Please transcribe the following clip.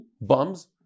bums